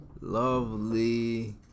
lovely